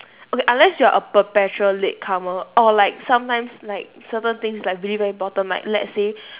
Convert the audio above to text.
okay unless you are a perpetual latecomer or like sometimes like certain things like really very important like let's say